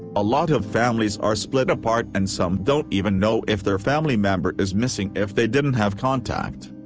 a lot of families are split apart and some don't even know if their family member is missing if they didn't have contact.